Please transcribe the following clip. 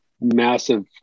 massive